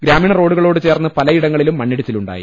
ഗ്രാമീണ റോഡുകളോടു ചേർന്ന് പല ഇടങ്ങളിലും മണ്ണിടിച്ചിലുണ്ടായി